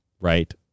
right